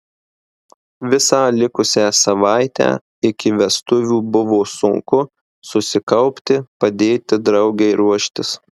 visą likusią savaitę iki vestuvių buvo sunku susikaupti padėti draugei ruoštis